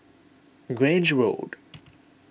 Grange Road